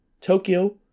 Tokyo